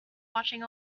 watching